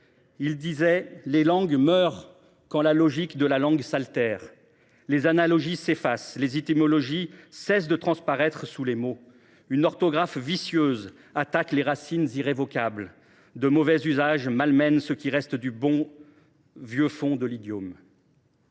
époque, « les langues meurent quand la logique de la langue s’altère, les analogies s’effacent, les étymologies cessent de transparaître sous les mots, une orthographe vicieuse attaque les racines irrévocables, de mauvais usages malmènent ce qui reste du bon vieux fonds de l’idiome ».